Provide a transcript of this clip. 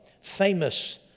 famous